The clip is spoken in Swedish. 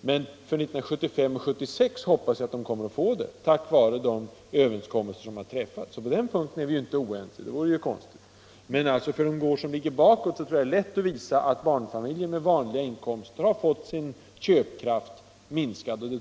Men för 1975 och 1976 hoppas jag att de kommer att få en förbättring tack vare de överenskommelser som har träffats. På den punkten är vi inte oense, det vore ju konstigt om vi skulle vara det. Men för de år som har gått är det lätt att visa att barnfamiljer med vanliga inkomster har fått sin köpkraft minskad.